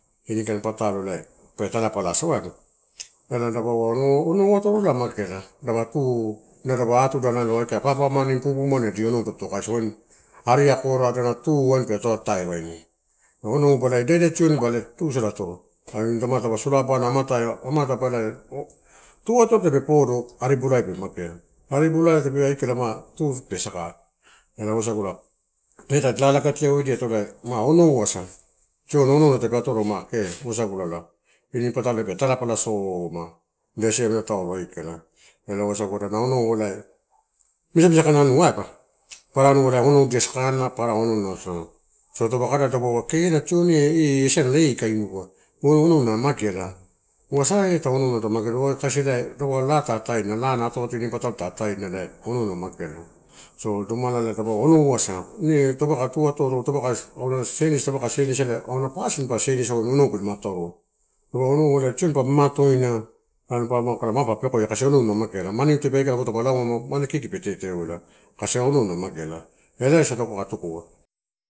Inikain patalo ela pe talapalasa aibu. Ela nalo dapaua onou atorola la mageala dapa tu dapaua atuda aka papamani pupumani dipoto, kaisi waini ari akoru adana tu dapato atai wain. Onoubu idaida tioni ai tu sadato ma taupe solaabanamu tu atoro tape podo ari bolai pe magea. Ari bulai tape podo ari bolaipemagea, wasagula eh tadi lalagatiauediato ela oonou asa tioni ona tape atoro kee ma wasagulala ini patalo pe talapala soma ida siamela taulo aikala, ela wasagu ada onou ela misamisakain anua waiba? Papara onou dia sakanna papara onoudia mageala. So taupe kada dapaua kee ena tioni eh enasale eh kainiua. Onouna mageala wa saia onou, na ta magea kasi ela dapau ela laata ataena. Laa ela ini atoato ta ataena ela onouna na mageala. So domala dupau onou asa taupe kai tu. Atoro taupe auna senisi taupaka senisia ela auna pasin pa senisia wain auna onou pe atoro. Dapaua onou tioni pa mamatoaina mapa pekioa kasi pelamatetereo ela. Kasi ouna mageala elaiasa wasagu kai, tukua.